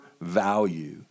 value